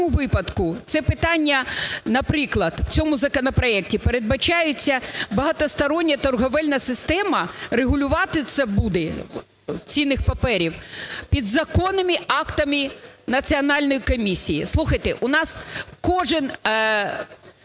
це питання… Наприклад, в цьому законопроекті передбачається, багатостороння торговельна система регулюватися буде цінних паперів підзаконними актами національної комісії. Слухайте, у нас кожен,